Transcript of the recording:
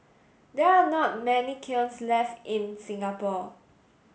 there are not many kilns left in Singapore